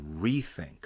rethink